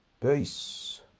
Peace